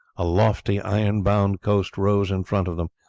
a lofty iron-bound coast rose in front of them,